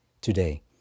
today